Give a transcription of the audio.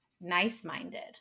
nice-minded